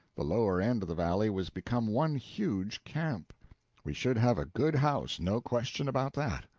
the lower end of the valley was become one huge camp we should have a good house, no question about that.